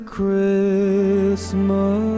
Christmas